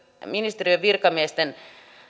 ministeriön virkamiesten